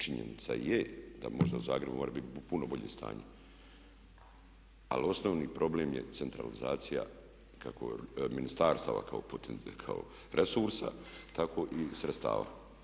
Činjenica je da možda Zagreb može biti u puno boljem stanju ali osnovni problem je centralizacija kako ministarstava kao resursa tako i sredstava.